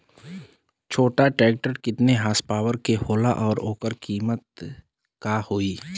छोटा ट्रेक्टर केतने हॉर्सपावर के होला और ओकर कीमत का होई?